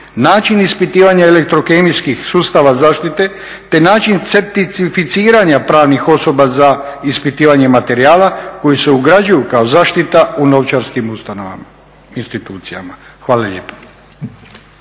način ispitivanja elektrokemijskih sustava zaštite te način certicificiranja pravnih osoba za ispitivanje materijala koji se ugrađuju kao zaštita u novčarskim ustanovama, institucijama. Hvala lijepa.